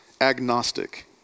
agnostic